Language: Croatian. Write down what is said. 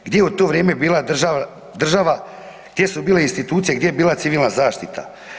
Gdje je u to vrijeme bila država, gdje su bile institucije, gdje je bila Civilna zaštita?